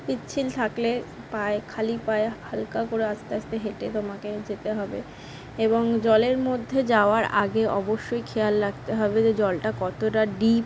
পিচ্ছিল থাকলে পায়ে খালি পায়ে হালকা করে আস্তে আস্তে হেঁটে তোমাকে যেতে হবে এবং জলের মধ্যে যাওয়ার আগে অবশ্যই খেয়াল রাখতে হবে যে জলটা কতটা ডিপ